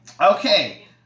Okay